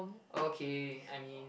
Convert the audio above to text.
okay I mean